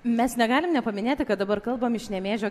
mes negalim nepaminėti kad dabar kalbam iš nemėžio